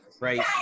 Right